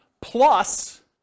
plus